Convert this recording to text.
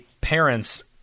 parents